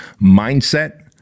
mindset